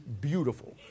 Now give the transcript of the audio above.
beautiful